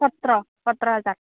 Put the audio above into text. सत्र सत्र हाजार